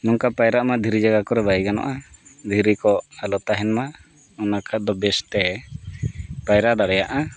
ᱱᱚᱝᱠᱟ ᱯᱟᱭᱨᱟᱜᱼᱢᱟ ᱫᱷᱤᱨᱤ ᱡᱟᱭᱜᱟ ᱠᱚᱨᱮ ᱵᱟᱭ ᱜᱟᱱᱚᱜᱼᱟ ᱫᱷᱤᱨᱤ ᱠᱚ ᱟᱞᱚ ᱛᱟᱦᱮᱱᱼᱢᱟ ᱚᱱᱠᱟ ᱫᱚ ᱵᱮᱥᱛᱮ ᱯᱟᱭᱨᱟ ᱫᱟᱲᱮᱭᱟᱜᱼᱟ